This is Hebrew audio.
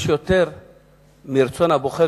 יש יותר מרצון הבוחר,